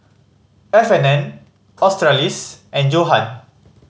F and N Australis and Johan